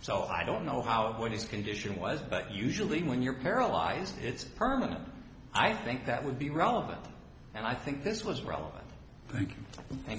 so i don't know how or what his condition was but usually when you're paralyzed it's permanent i think that would be relevant and i think this was well thank